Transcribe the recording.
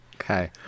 Okay